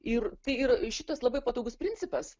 ir tai ir šitas labai patogus principas